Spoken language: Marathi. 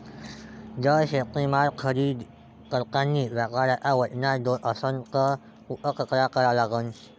जर शेतीमाल खरेदी करतांनी व्यापाऱ्याच्या वजनात दोष असन त कुठ तक्रार करा लागन?